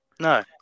No